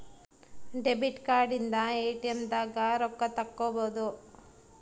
debit card ಇಂದ ATM ದಾಗ ರೊಕ್ಕ ತೆಕ್ಕೊಬೋದು